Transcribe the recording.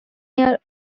near